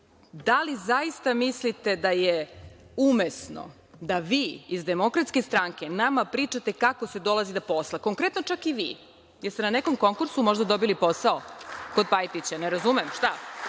Da li zaista mislite da je umesno da vi iz DS nama pričate kako se dolazi do posla? Konkretno, čak i vi. Jeste li na nekom konkursu možda dobili posao kod Pajtića? Ne razumem, šta?